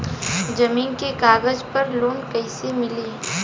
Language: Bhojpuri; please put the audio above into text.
जमीन के कागज पर लोन कइसे मिली?